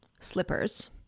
slippers